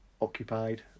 occupied